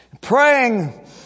praying